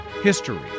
history